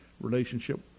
relationship